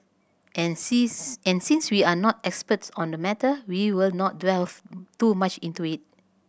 and since and since we are no experts on the matter we will not delve too much into it